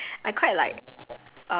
okay I I quite like